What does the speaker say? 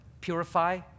purify